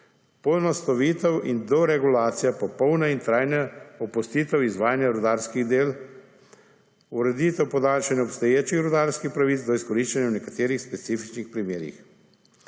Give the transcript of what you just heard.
Poenostavitev in doregulacija , popolna in trajna opustitev izvajanja rudarskih del. Ureditev podaljšanja obstoječih rudarskih pravic do izkoriščanja v nekaterih specifičnih primerih.